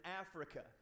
Africa